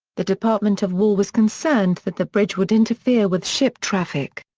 the department of war was concerned that the bridge would interfere with ship traffic.